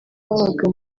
babaga